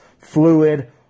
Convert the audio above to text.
fluid